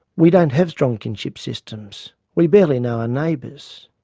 we don't have strong kinship systems we barely know our neighbours.